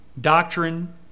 doctrine